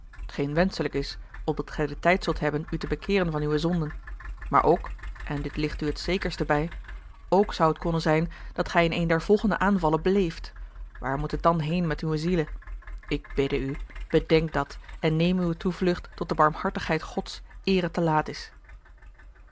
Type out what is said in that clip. geen wenschelijk is opdat gij den tijd zult hebben u te bekeeren van uwe zonden maar ook en dit ligt u het zekerste bij ook zou het konnen zijn dat gij in een der volgende aanvallen bleeft waar moet het dan heen met uwe ziele ik bidde u bedenk dat en neem uwe toevlucht tot de barmhartigheid gods eer het te laat is